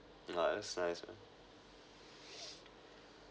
that's nice man